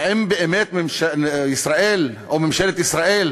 האם באמת ישראל או ממשלת ישראל